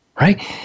right